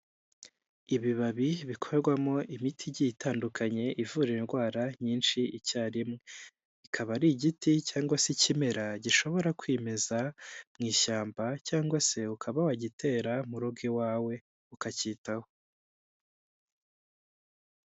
Ibibabi bikorwamo imiti igiye itandukanye ivura indwara nyinshi icyarimwe. Ikaba ari igiti cyangwa se ikimera gishobora kwimeza mu ishyamba cyangwa se ukaba wagitera mu rugo iwawe ukacyitaho.